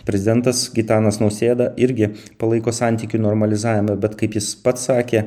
prezidentas gitanas nausėda irgi palaiko santykių normalizavimą bet kaip jis pats sakė